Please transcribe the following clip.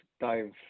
dive